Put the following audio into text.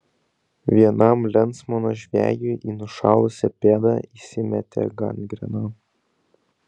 vienam lensmano žvejui į nušalusią pėdą įsimetė gangrena